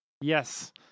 Yes